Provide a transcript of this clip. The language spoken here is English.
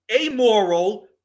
amoral